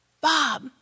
Bob